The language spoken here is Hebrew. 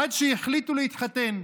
עד שהחליטו להתחתן.